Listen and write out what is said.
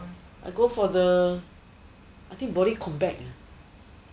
I go for the I think body combat ah